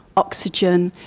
oxygen,